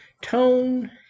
tone